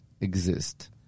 exist